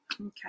Okay